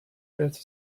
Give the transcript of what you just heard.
birth